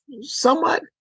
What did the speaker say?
somewhat